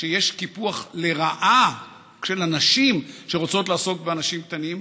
שיש קיפוח לרעה של הנשים שרוצות לעסוק בעסקים קטנים,